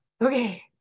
okay